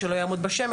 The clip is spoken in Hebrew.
שלא יעמוד בשמש,